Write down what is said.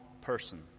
person